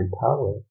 power